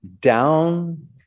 down